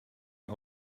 ihm